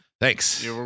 Thanks